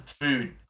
Food